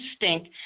instinct